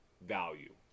value